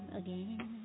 again